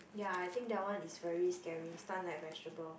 ya I think that one is very scary stun like vegetable